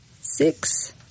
six